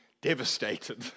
devastated